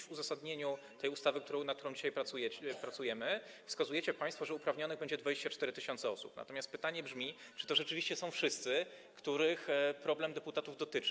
W uzasadnieniu tej ustawy, nad którą dzisiaj pracujemy, wskazujecie państwo, że uprawnionych będzie 24 tys. osób, natomiast pytanie brzmi, czy to rzeczywiście są wszyscy, których problem deputatów dotyczy.